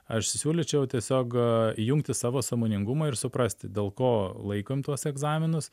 aš siūlyčiau tiesiogiai įjungti savo sąmoningumą ir suprasti dėl ko laikom tuos egzaminus